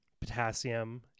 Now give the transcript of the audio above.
potassium